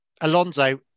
Alonso